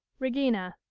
regina.